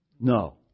No